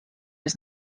was